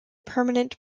permanent